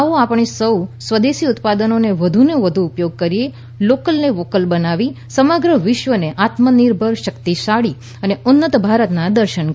આવો આપણે સૌ સ્વદેશી ઉત્પાદનોનો વધુ ને વધુ ઉપયોગ કરીએ લોકલ ને વોકલ બનાવીએ સમગ્ર વિશ્વને આત્મનિર્ભર શક્તિશાળી અને ઉન્નત ભારતના દર્શન કરાવીએ